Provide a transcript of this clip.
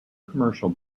commercial